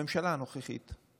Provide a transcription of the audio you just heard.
הממשלה הנוכחית.